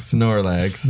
Snorlax